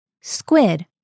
Squid